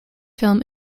film